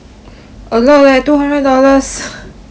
a lot leh two hundred dollars